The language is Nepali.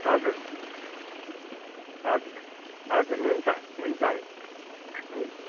हजुर हजुर हजुर हुन्छ हुन्छ हुन्छ हुन्